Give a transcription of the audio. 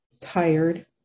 tired